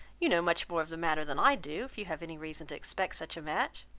you know much more of the matter than i do, if you have any reason to expect such a match.